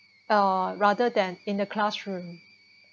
uh rather than in the classroom